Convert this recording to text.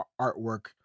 artwork